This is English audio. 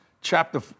chapter